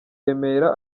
remera